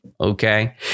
Okay